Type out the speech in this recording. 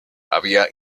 había